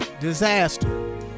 Disaster